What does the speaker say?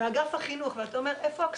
באגף החינוך, ואתה אומר איפה הכספים,